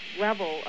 level